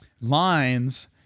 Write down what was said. lines